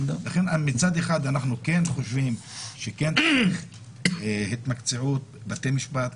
לכן מצד אחד אנחנו כן חושבים שכן צריך התמקצעות בתי משפט.